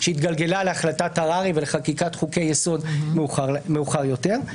שהתגלגלה להחלטת הררי ולחקיקת חוקי יסוד מאוחר יותר.